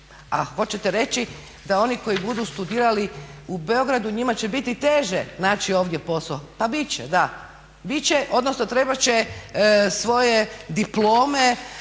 A hoćete reći da oni koji budu studirali u Beogradu njima će biti teže naći ovdje posao? Pa bit će, da. Bit će, odnosno trebat će svoje diplome